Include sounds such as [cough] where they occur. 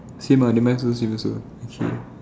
same ah then mine okay [noise]